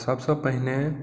तऽ सबसे पहिने